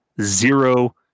zero